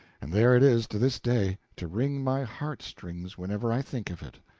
and there it is to this day, to wring my heartstrings whenever i think of it.